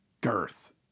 girth